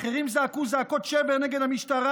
האחרים זעקו זעקות שבר נגד המשטרה,